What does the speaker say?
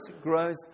grows